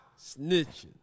snitching